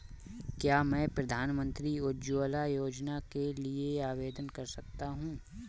क्या मैं प्रधानमंत्री उज्ज्वला योजना के लिए आवेदन कर सकता हूँ?